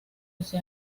ese